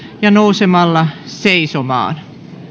ja nousemalla seisomaan